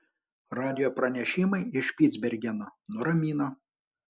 radijo pranešimai iš špicbergeno nuramino